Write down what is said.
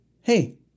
Hey